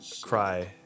cry